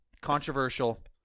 Controversial